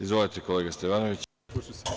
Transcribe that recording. Izvolite, kolega Stevanoviću.